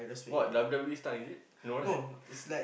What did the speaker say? what W_W_E stuck is it no right